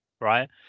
right